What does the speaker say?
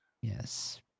Yes